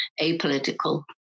apolitical